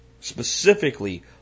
specifically